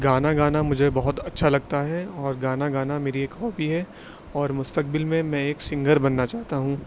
گانا گانا مجھے بہت اچھا لگتا ہے اور گانا گانا میری ایک ہابی ہے اور مستقبل میں میں ایک سنگر بننا چاہتا ہوں